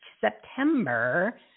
September